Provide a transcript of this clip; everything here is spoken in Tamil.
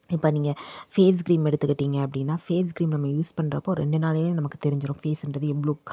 இப்போ நீங்கள் ஃபேஸ் கிரீம் எடுத்துக்கிட்டீங்க அப்படினா ஃபேஸ் கிரீம் நம்ம யூஸ் பண்ணுறப்போ ரெண்டு நாளிலே நமக்கு தெரிஞ்சுரும் ஃபேஸ்ஸுகிறது எவ்வளோ